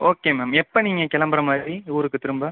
okay ma'am எப்போ நீங்கள் கிளம்புற மாதிரி ஊருக்கு திரும்ப